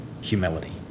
humility